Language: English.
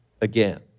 again